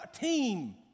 team